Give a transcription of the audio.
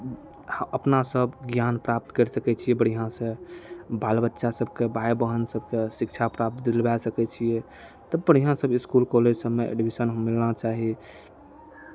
अपना सभ ज्ञान प्राप्त करि सकै छियै बढ़िआँसँ बाल बच्चा सभकेँ भाय बहिन सभकेँ शिक्षा प्राप्त दिलबा सकै छियै तब बढ़िआँ सभ इसकुल कॉलेज सभमे एडमिशन मिलना चाही